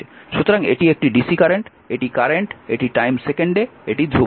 সুতরাং এটি একটি ডিসি কারেন্ট এটি কারেন্ট এটি টাইম সেকেন্ডে এটি ধ্রুবক